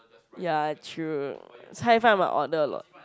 ya true cai fan must order a lot